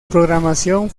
programación